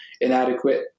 inadequate